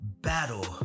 battle